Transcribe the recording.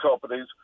companies